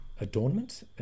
Adornment